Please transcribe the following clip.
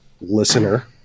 listener